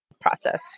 process